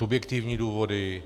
Subjektivní důvody?